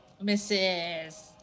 Misses